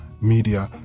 media